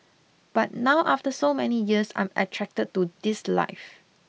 but now after so many years I'm attracted to this life